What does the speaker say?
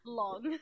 long